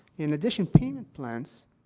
in addition, payment plans